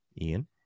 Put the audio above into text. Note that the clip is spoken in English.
Ian